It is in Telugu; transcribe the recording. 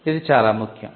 ఇది చాల ముఖ్యం